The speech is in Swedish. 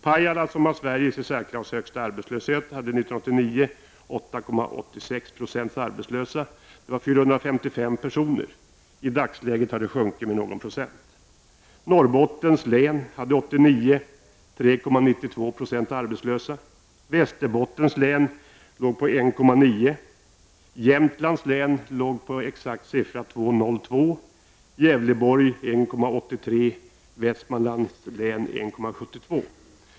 Pajala, som har Sveriges i särklass högsta arbetslöshet, hade 8,86 96 arbetslösa 1989; det var 455 personer. I dagsläget har antalet sjunkit med någon procent.